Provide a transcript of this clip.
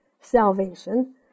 Salvation